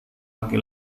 laki